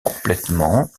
complètement